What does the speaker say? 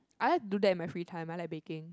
I like do that in my free time I like baking